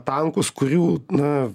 tankus kurių na